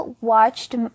watched